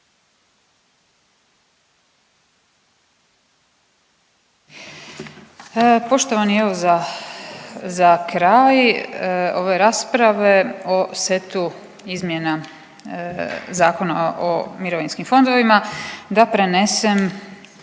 Poštovani, evo, za kraj ove rasprave o setu izmjena zakona o mirovinskim fondovima, da prenesem